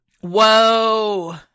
Whoa